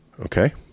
Okay